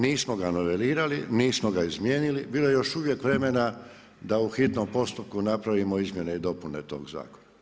Nismo smo ga novelirali, nismo ga izmijenili, bilo je još uvijek vremena da u hitnom postupku napravimo izmjene i dopune tog zakona.